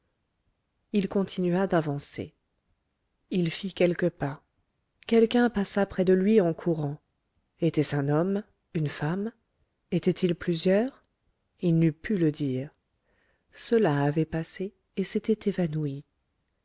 il continua d'avancer il fit quelques pas quelqu'un passa près de lui en courant était-ce un homme une femme étaient-ils plusieurs il n'eût pu le dire cela avait passé et s'était évanoui